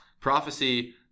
Prophecy